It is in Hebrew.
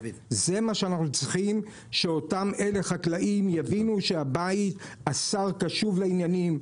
זה מה שאנחנו צריכים כדי שאותם חקלאים יבינו שהשר קשוב לעניינים.